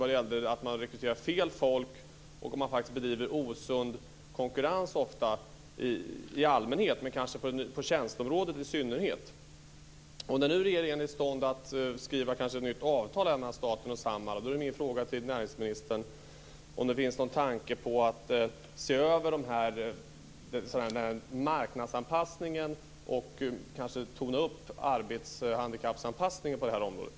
Det gällde att man rekryterar fel folk och att man faktiskt ofta bedriver osund konkurrens i allmänhet och kanske på tjänsteområdet i synnerhet. När nu regeringen är i stånd att skriva ett nytt avtal mellan staten och Samhall är min fråga till näringsministern: Finns det någon tanke på att man ska se över den här marknadsanpassningen och kanske betona arbetshandikappsanpassningen på det här området?